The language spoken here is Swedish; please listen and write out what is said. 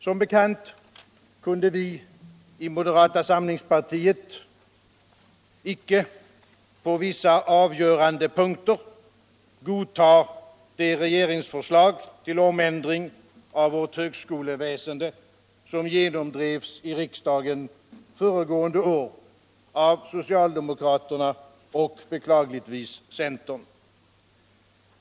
Som bekant kunde vi i moderata samlingspartiet på vissa avgörande punkter icke godta det regeringsförstlag till omändring av vårt högskoleväsende som genomdrevs i riksdagen föregående år av socialdemokraterna och — beklagligtvis — centern.